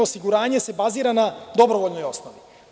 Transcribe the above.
Osiguranje se bazira na dobrovoljnoj osnovi.